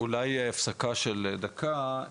אולי הפסקה של דקה,